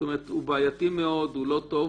זאת אומרת, הוא בעייתי מאוד, הוא לא טוב.